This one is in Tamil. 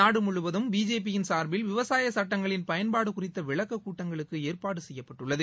நாடு முழுவதும் பிஜேபியின் சாரபில் விவசாயி சுட்டங்களின் பயன்பாடு குறித்த விளக்கக் கூட்டங்களுக்கு ஏற்பாடு செய்யப்பட்டுள்ளது